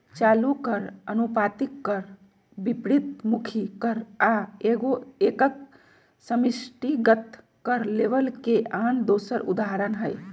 चालू कर, अनुपातिक कर, विपरितमुखी कर आ एगो एकक समष्टिगत कर लेबल के आन दोसर उदाहरण हइ